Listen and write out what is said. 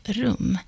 rum